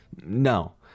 No